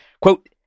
quote